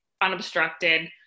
unobstructed